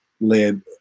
led